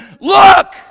Look